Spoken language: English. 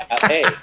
Hey